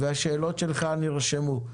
השאלות שלך נרשמו.